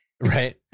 Right